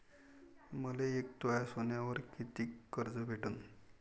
मले एक तोळा सोन्यावर कितीक कर्ज भेटन?